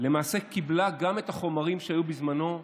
למעשה קיבלה גם את החומרים שהיו בזמנו,